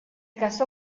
casó